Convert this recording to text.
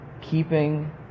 keeping